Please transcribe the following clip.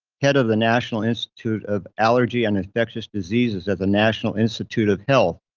head of the national institute of allergy and infectious diseases as the national institute of health.